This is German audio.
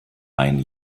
ein